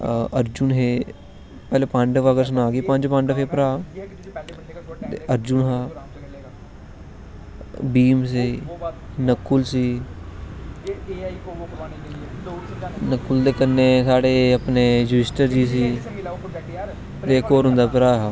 अर्जुन हे पैह्लैं पांडव सनांऽ पंज पांडव द हे भ्रा अर्जुन दे भीम हे नकुल हे नकुल दे कन्नैं साढ़ै अपनें युदिष्टर हे ते इक होर उंदा भ्रा हा